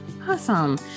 awesome